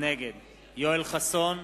נגד יואל חסון,